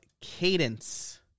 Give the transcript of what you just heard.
Cadence